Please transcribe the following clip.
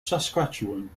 saskatchewan